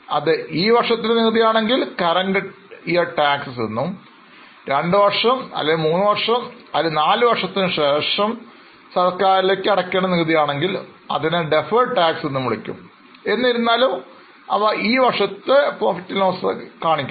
അത് ഈ വർഷത്തിലെ നികുതി ആണെങ്കിൽ Current taxes എന്നും 234 വർഷങ്ങൾക്കുശേഷം നികുതി നൽകിയാൽ മതിയെന്ന് സർക്കാർ അനുവദിക്കുകയാണെങ്കിൽ അതിനെ Deferred tax എന്നു പറയും എന്നിരുന്നാലും അവ ഈ വർഷത്തെ PL ൽ കാണിക്കും